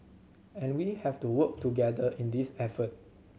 and we have to work together in this effort